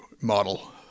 model